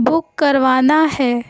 بک کروانا ہے